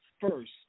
First